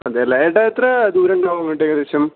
അതെ അല്ലേ ഏട്ടാ എത്ര ദൂരം ഉണ്ടാവും അങ്ങോട്ട് ഏകദേശം